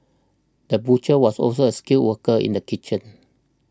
the butcher was also a skilled worker in the kitchen